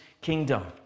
kingdom